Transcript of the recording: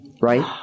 Right